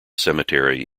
cemetery